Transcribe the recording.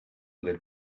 del